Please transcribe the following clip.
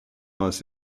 los